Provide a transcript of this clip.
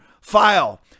file